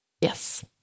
Yes